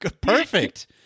Perfect